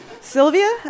Sylvia